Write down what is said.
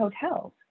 hotels